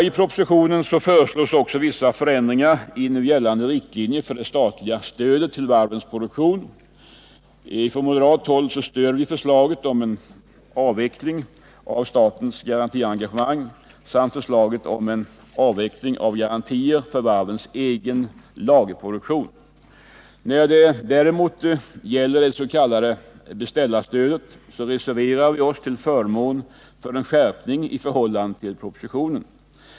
I propositionen föreslås vissa förändringar av nu gällande riktlinjer för det statliga stödet till varvens produktion. Moderata samlingspartiet stöder förslaget om en avveckling av statens garantiengagemang samt förslaget om en avveckling av garantier för varvens egen lagerproduktion. När det däremot gäller det s.k. beställarstödet reserverar vi oss till förmån för en skärpning i förhållande till propositionen.